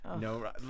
no